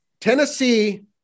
Tennessee